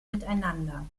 miteinander